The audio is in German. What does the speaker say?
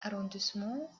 arrondissements